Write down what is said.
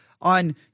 on